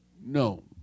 No